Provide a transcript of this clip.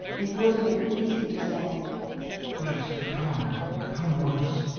it would have been easy to say yes, come come once.